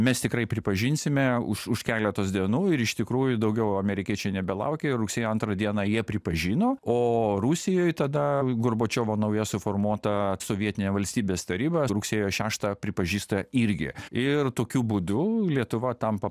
mes tikrai pripažinsime už už keletos dienų ir iš tikrųjų daugiau amerikiečiai nebelaukė rugsėjo antrą dieną jie pripažino o rusijoj tada gorbačiovo nauja suformuota sovietinė valstybės taryba rugsėjo šeštą pripažįsta irgi ir tokiu būdu lietuva tampa